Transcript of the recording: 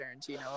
Tarantino